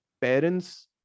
parents